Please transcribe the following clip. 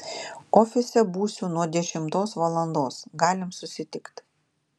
ofise būsiu nuo dešimtos valandos galim susitikt